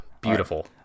Beautiful